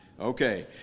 Okay